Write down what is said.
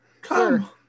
Come